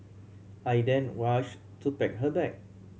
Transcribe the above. I then rushed to pack her bag